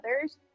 others